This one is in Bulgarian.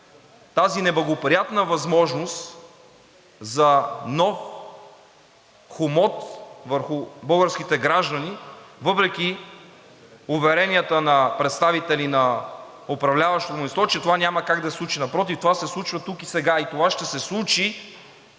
тази неблагоприятна възможност за нов хомот върху българските граждани въпреки уверенията на представители на управляващото мнозинство, че това няма как да се случи. Напротив, това се случва тук и сега и това ще се случи,